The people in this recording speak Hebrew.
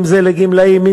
אם לגמלאים,